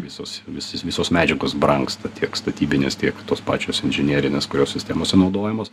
visos vis visos medžiagos brangsta tiek statybinės tiek tos pačios inžinerinės kurios sistemose naudojamos